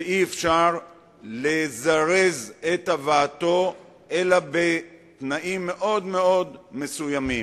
ואי-אפשר לזרז את הבאתו אלא בתנאים מאוד מסוימים.